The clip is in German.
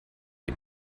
dem